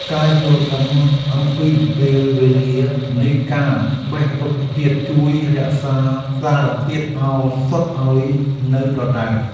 ការយល់ដឹងអំពីពេលវេលានៃការបេះរុក្ខជាតិ ជួយរក្សាសារធាតុឱសថឱ្យនៅដដែល។